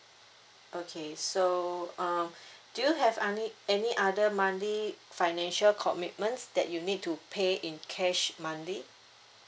okay so uh do you have any any other monthly financial commitments that you need to pay in cash monthly